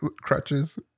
crutches